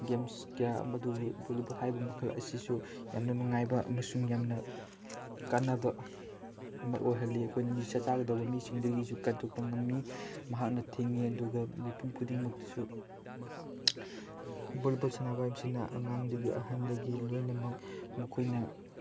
games ꯀꯌꯥ ꯃꯗꯨꯕꯨ volleyball ꯍꯥꯏꯕ ꯃꯈꯜ ꯑꯁꯤꯁꯨ ꯌꯥꯝꯅ ꯅꯨꯡꯉꯥꯏꯕ ꯑꯃꯁꯨꯡ ꯌꯥꯝꯅ ꯀꯥꯅꯕ ꯑꯃ ꯑꯣꯏꯍꯜꯂꯤ ꯑꯩꯈꯣꯏꯅ ꯅꯤꯁꯥ ꯆꯥꯒꯗꯧꯕ ꯃꯤꯁꯤꯡꯗꯒꯤꯁꯨ ꯀꯟꯊꯣꯛꯄ ꯉꯝꯃꯤ ꯃꯍꯥꯛꯅ ꯊꯤꯡꯉꯤ ꯑꯗꯨꯒ ꯃꯤꯄꯨꯝ ꯈꯨꯗꯤꯡꯃꯛꯇꯁꯨ ꯚꯣꯂꯤꯕꯣꯜ ꯁꯥꯟꯅꯕ ꯍꯥꯏꯕꯁꯤꯅ ꯑꯉꯥꯡꯗꯒꯤ ꯑꯍꯟꯗꯒꯤ ꯂꯣꯏꯅꯃꯛ ꯃꯈꯣꯏꯅ